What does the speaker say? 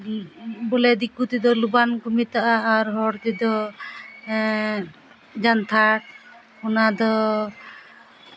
ᱵᱚᱞᱮ ᱫᱤᱠᱩ ᱛᱮᱫᱚ ᱞᱚᱵᱟᱱ ᱠᱚ ᱢᱮᱛᱟᱜᱼᱟ ᱟᱨ ᱦᱚᱲ ᱛᱮᱫᱚ ᱦᱮᱸ ᱡᱟᱱᱛᱷᱟᱲ ᱚᱱᱟ ᱫᱚ